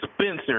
Spencer